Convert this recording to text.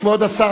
כבוד השר